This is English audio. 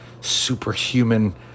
superhuman